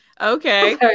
okay